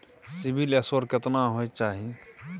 CIBIL score केतना होय चाही?